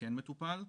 כן מטופל,